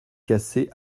cassée